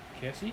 K_F_C